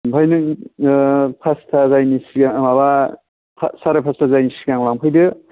ओमफाय नों ओ पास्ता जायैनि सिगां माबा साराय पासथा जायैनि सिगां लांफैदो